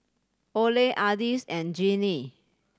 Ole Ardis and Jeannie